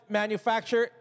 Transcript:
manufacture